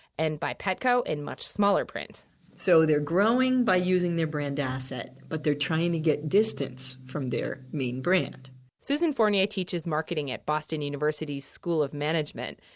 and by petco in much smaller print so they're growing by using their brand asset, but they're trying to get distance from their main brand susan fournier teaches marketing at boston university's school of management.